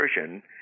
version